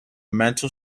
mental